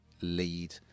lead